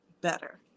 better